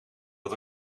wat